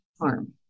harm